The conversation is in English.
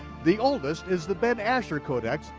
the oldest is the ben-asher codex,